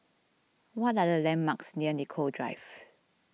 what are the landmarks near Nicoll Drive